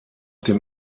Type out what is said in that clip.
dem